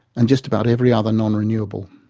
and just about every other non-renewable.